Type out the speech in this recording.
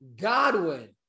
Godwin